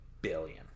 billion